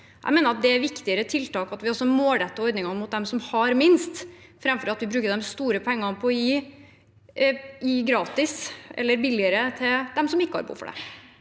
Jeg mener det er et viktigere tiltak at vi målretter ordninger mot dem som har minst, framfor at vi bruker de store pengene på å gi noe gratis eller billigere til dem som ikke har behov for det.